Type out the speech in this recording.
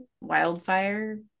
wildfire